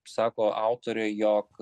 sako autorė jog